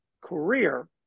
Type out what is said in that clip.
career